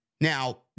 Now